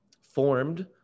formed